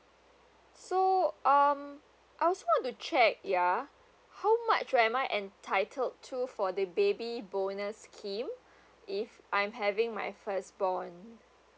so um I also want to check ya how much am I entitled to for the baby bonus scheme if I'm having my first born